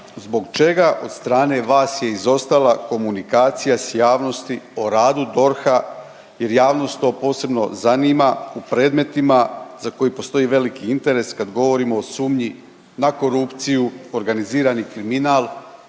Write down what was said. zbog čega od strane vas je izostala komunikacija s javnosti o radu DORH-a jer javnost to posebno zanima u predmetima za koje postoji veliki interes kad govorimo o sumnji na korupciju, organizirali kriminal